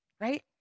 Right